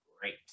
Great